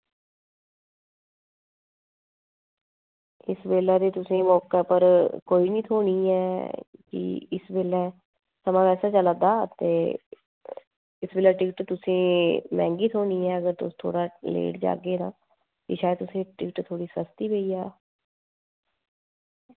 कुस बेल्लै ते तुसेंगी मौके पर कोई निं थ्होनी ऐ ते इस बेल्लै समां ऐसा चला दा ते टिकट तुसेंगी मैहंगी थ्होनी ऐ अगर तुस लेट जाह्गे ते शायद तुसेंगी टिकट सस्ती पेई जा